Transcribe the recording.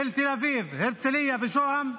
של תל אביב, הרצליה ושוהם,